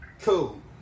Cool